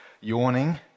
yawning